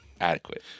Adequate